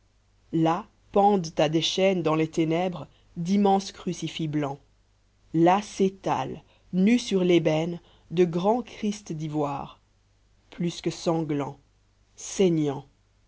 là pendent à des chaînes dans les ténèbres d'immenses crucifix blancs là s'étalent nus sur l'ébène de grands christs d'ivoire plus que sanglants saignants